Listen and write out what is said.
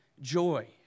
joy